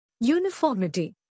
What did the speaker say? Uniformity